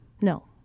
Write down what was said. No